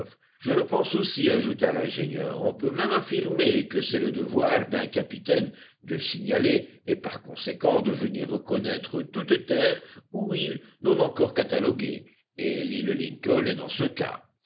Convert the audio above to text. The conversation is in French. je le pense aussi ajouta l'ingénieur on peut même affirmer que c'est le devoir d'un capitaine de signaler et par conséquent de venir reconnaître toute terre ou île non encore cataloguée et l'île lincoln est dans ce cas